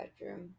bedroom